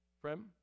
Friend